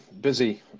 Busy